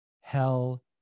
Hell